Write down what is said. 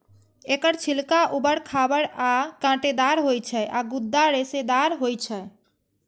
एकर छिलका उबर खाबड़ आ कांटेदार होइ छै आ गूदा रेशेदार होइ छै